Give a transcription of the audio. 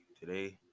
today